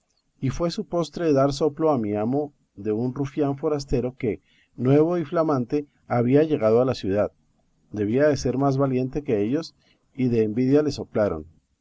y fue su postre dar soplo a mi amo de un rufián forastero que nuevo y flamante había llegado a la ciudad debía de ser más valiente que ellos y de envidia le soplaron